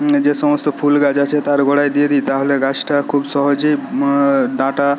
যে সমস্ত ফুলগাছ আছে তার গোড়ায় দিয়ে দিই তাহলে গাছটা খুব সহজেই ডাঁটা